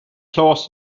claus